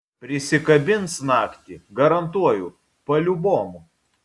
prisikabins naktį garantuoju paliubomu